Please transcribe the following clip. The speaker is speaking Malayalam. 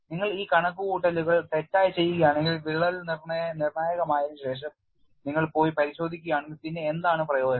നിങ്ങൾ ഈ കണക്കുകൂട്ടലുകൾ തെറ്റായി ചെയ്യുകയാണെങ്കിൽ വിള്ളൽ നിർണായകമായതിനുശേഷം നിങ്ങൾ പോയി പരിശോധിക്കുകയാണെങ്കിൽ പിന്നെ എന്താണ് പ്രയോജനം